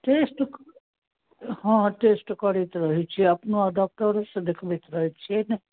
test हँ test करैत रहै छी अपनो आओर डॉक्टरोसँ देखबैत रहै छिए ने